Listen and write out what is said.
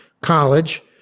college